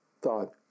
thought